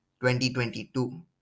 2022